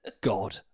God